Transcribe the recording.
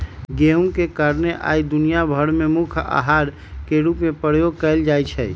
गेहूम के कारणे आइ दुनिया भर में मुख्य अहार के रूप में प्रयोग कएल जाइ छइ